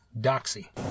Doxy